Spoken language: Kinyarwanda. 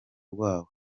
rwabo